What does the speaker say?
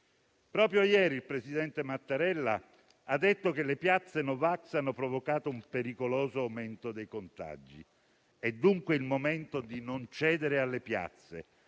Proprio ieri il presidente Mattarella ha detto che le piazze no vax hanno provocato un pericoloso aumento dei contagi. È dunque il momento di non cedere alle piazze,